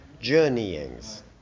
journeyings